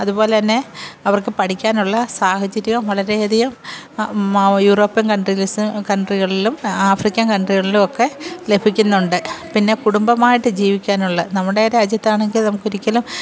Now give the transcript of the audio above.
അതുപോലെത്തന്നെ അവർക്ക് പഠിക്കാനുള്ള സാഹചര്യം വളരെ അധികം യൂറോപ്പ്യൻ കൺട്രീസ് കൺട്രികളിലും ആഫ്രിക്കൻ കൺട്രികളിലും ഒക്കെ ലഭിക്കുന്നുണ്ട് പിന്നെ കുടുംബമായിട്ട് ജീവിക്കാനുള്ള നമ്മുടെയൊക്കെ രാജ്യത്താണെങ്കിൽ നമുക്ക് ഒരിക്കലും